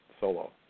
Solo